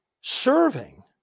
serving